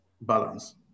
balance